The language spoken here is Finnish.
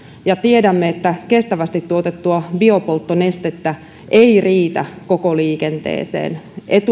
ja tiedämme että kestävästi tuotettua biopolttonestettä ei riitä koko liikenteeseen